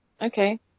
okay